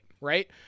right